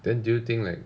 then do you think like